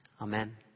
Amen